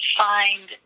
find